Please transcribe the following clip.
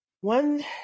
One